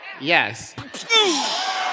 Yes